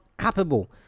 capable